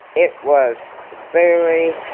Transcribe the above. it was very,